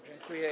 Dziękuję.